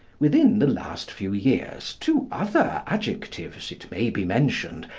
within the last few years two other adjectives, it may be mentioned,